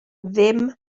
ddim